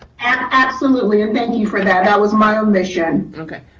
absolutely and thank you for that. that was my own mission. okay.